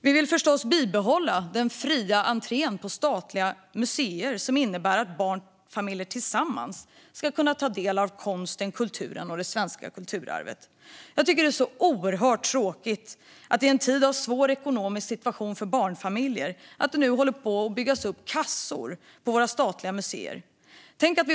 Vi vill förstås behålla den fria entrén på statliga museer, som innebär att barnfamiljer tillsammans kan ta del av konsten, kulturen och det svenska kulturarvet. Jag tycker att det är så oerhört tråkigt att det i denna svåra ekonomiska tid för barnfamiljer håller på att byggas kassor på våra statliga museer.